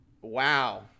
Wow